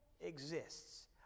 exists